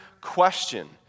question